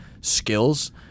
skills